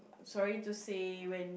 sorry to say when